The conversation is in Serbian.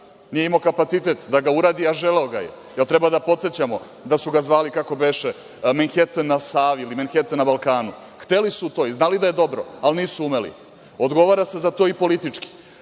nije imao kapacitet da ga uradi a želeo ga je, jel treba da podsećamo da su ga zvali, kako beše – Menheten na Savi ili Menheten na Balkanu? Hteli su to i znali da je dobro, ali nisu umeli. Odgovara se za to i politički.